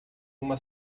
uma